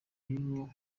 y’uwo